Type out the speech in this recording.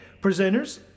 presenters